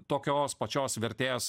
tokios pačios vertės